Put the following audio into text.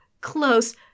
close